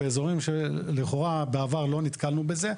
באזורים שלכאורה בעבר לא נתקלנו בזה.